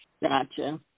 Gotcha